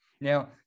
Now